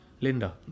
Linda